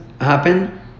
happen